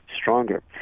stronger